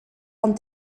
ond